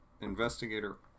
investigator